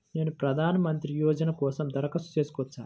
నేను ప్రధాన మంత్రి యోజన కోసం దరఖాస్తు చేయవచ్చా?